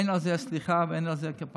אין על זה סליחה ואין על זה כפרה.